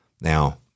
Now